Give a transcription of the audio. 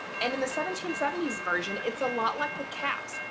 and in the seventeen seventy s version it's a lot like the caps.